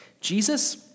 Jesus